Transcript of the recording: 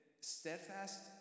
Steadfast